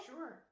Sure